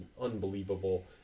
unbelievable